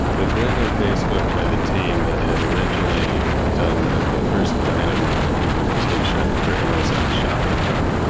it was written at facebook by the team that had originally done the the first dynamo implementation for amazon shopping cart.